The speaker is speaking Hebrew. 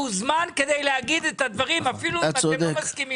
הוא הוזמן כדי להגיד את הדברים אפילו אם אתם לא מסכימים.